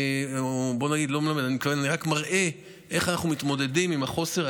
אני רק מראה איך אנחנו מתמודדים עם החוסר,